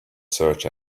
search